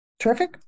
terrific